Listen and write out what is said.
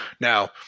Now